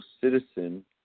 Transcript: citizen